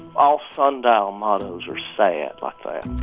all sundial mottos are sad like